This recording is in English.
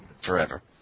forever